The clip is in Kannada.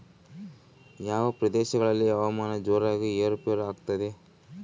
ಯಾವ ಪ್ರದೇಶಗಳಲ್ಲಿ ಹವಾಮಾನ ಜೋರಾಗಿ ಏರು ಪೇರು ಆಗ್ತದೆ?